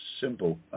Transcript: simple